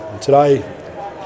Today